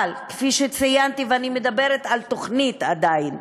כפי שציינתי, ואני עדיין